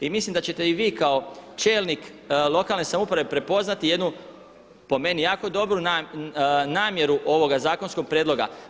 I mislim da ćete i vi kao čelnik lokalne samouprave prepoznati jednu po meni jako dobru namjeru ovoga zakonskog prijedloga.